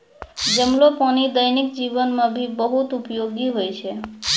जमलो पानी दैनिक जीवन मे भी बहुत उपयोगि होय छै